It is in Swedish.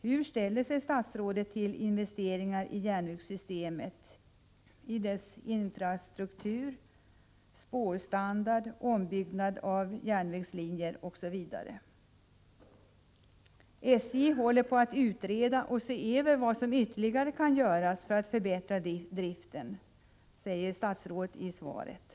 Hur ställer sig statsrådet till investeringar i järnvägssystemet — i dess infrastruktur, när det gäller spårstandard, när det gäller ombyggnad av järnvägslinjer, osv.? SJ håller på att se över vad som ytterligare kan göras för att förbättra driften, säger statsrådet i svaret.